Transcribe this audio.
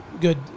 good